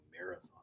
marathon